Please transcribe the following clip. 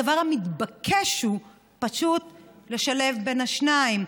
הדבר המתבקש הוא פשוט לשלב בין השניים.